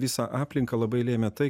visą aplinką labai lėmė tai